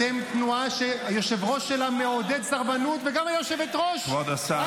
אתם תנועה שהיושב-ראש שלה מעודד סרבנות -- כבוד השר --- די,